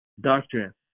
doctrine